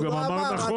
הוא גם אמר נכון.